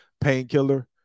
painkiller